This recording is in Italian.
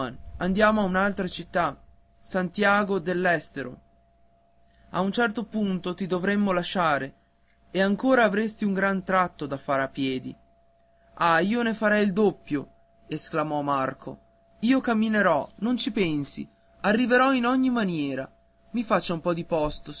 andiamo a un'altra città santiago dell'estero a un certo punto ti dovremmo lasciare e avresti ancora un gran tratto da far a piedi ah io ne farei il doppio esclamò marco io camminerò non ci pensi arriverò in ogni maniera mi faccia un po di posto